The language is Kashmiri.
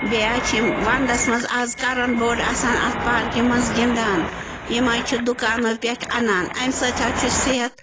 بیٚیہِ حظ چھِ یِم وَنٛدَس منٛز آز کَرَم بورڈ آسان اَتھ پارکِہ منٛز گِنٛدان یِم حظ چھِ دُکانَو پٮ۪ٹھ اَنان امہِ سۭتۍ حظ چھُ صحت